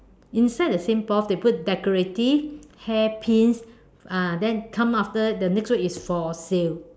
inside the same both they put decorative hair Pins ah then come after the next word is for sale